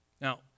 Now